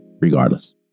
regardless